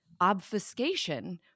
obfuscation